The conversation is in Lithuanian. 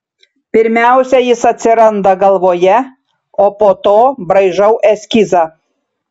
pirmiausia jis atsiranda galvoje o po to braižau eskizą